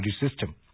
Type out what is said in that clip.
system